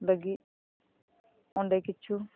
ᱞᱟᱜᱤᱫ ᱚᱸᱰᱮ ᱠᱤᱪᱷᱩ